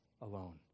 alone